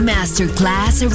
Masterclass